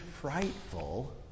frightful